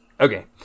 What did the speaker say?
okay